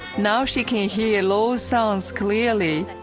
now she can hear low sounds clearly,